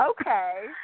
okay